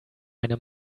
eine